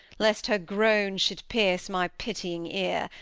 lest her groans should pierce my pittying ear,